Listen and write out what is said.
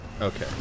Okay